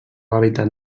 hàbitat